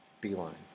Beeline